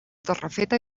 torrefeta